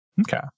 Okay